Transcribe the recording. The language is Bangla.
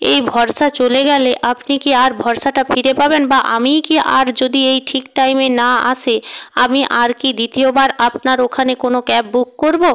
এই ভরসা চলে গেলে আপনি কি আর ভরসাটা ফিরে পাবেন বা আমিই কি আর যদি এই ঠিক টাইমে না আসে আমি আর কি দ্বিতীয়বার আপনার ওখানে কোনও ক্যাব বুক করবো